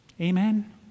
Amen